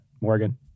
Morgan